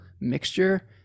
mixture